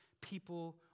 people